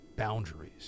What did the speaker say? Boundaries